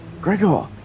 Gregor